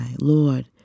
Lord